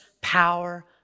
power